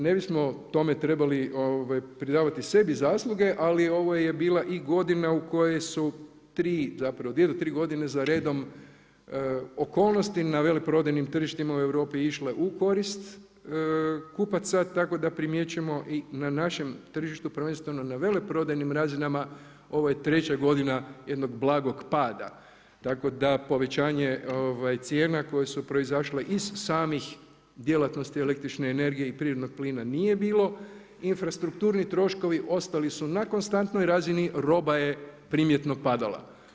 Ne bismo tome trebali pridavati sebi zasluge ali ovo je bila i godina u kojoj su tri, zapravo, 2 do 3 godine zaredom okolnosti na veleprodajnim tržištima u Europi išla u korist kupaca tako da primjećujemo i našem tržištu prvenstveno na veleprodajnim razinama, ovo je treća godina jednog blagog pada, tako da povećanje cijena koje su proizašle iz samih djelatnosti električne energije i prirodnog plina nije bilo, infrastrukturni troškovi ostali su na konstantnoj razini, roba je primjetno padala.